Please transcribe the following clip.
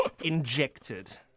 Injected